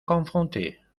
confrontées